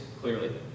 clearly